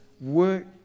work